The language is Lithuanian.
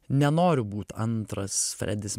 nenoriu būt antras fredis